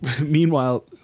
meanwhile